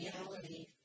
reality